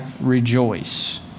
rejoice